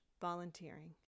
volunteering